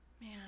Man